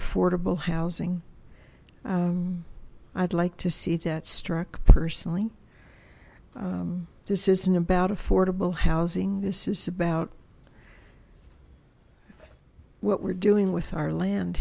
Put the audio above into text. affordable housing i'd like to see that struck personally this isn't about affordable housing this is about what we're doing with our land